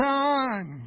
time